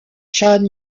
chan